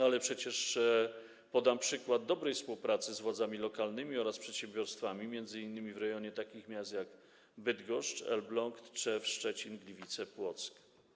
Ale przecież mogę też podać przykład dobrej współpracy z władzami lokalnymi oraz przedsiębiorstwami, m.in. w rejonie takich miast jak Bydgoszcz, Elbląg, Tczew, Szczecin, Gliwice, Płock.